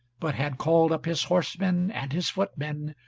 but had called up his horsemen and his footmen,